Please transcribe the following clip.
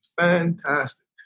fantastic